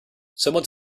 someone